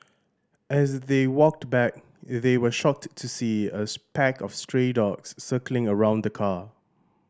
as they walked back they were shocked to see a pack of stray dogs circling around the car